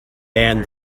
and